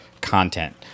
content